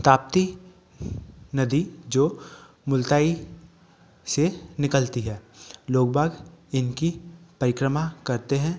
ताप्ती नदी जो मुल्ताई से निकलती है लोग बाग इनकी परिक्रमा करते हैं